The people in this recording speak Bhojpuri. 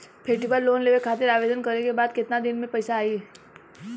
फेस्टीवल लोन लेवे खातिर आवेदन करे क बाद केतना दिन म पइसा आई?